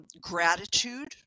Gratitude